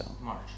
March